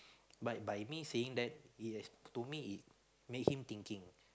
but by me saying that it has to me it make him thinking